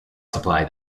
supply